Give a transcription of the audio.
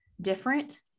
different